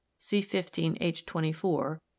C15H24